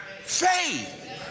faith